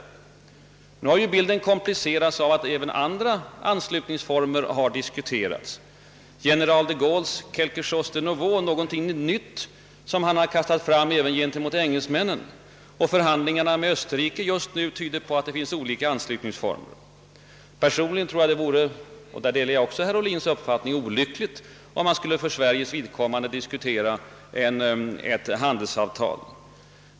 Nu har bilden komplicerats av att även andra anslutningsformer har diskuterats. General de Gaulles »quelque chose de nouveau» — någonting nytt —, som han kastat fram även gentemot engelsmännen, och förhandlingarna med Österrike just nu tyder på att det finns olika anslutningsformer. : Personligen tror jag — därvidlag delar jag också herr Ohlins uppfattning — att det vore olyckligt om man för Sveriges vidkommande skulle diskutera ett handelsavtal.